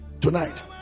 tonight